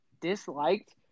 disliked